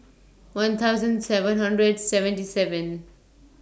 one thousand seven hundred seventy seven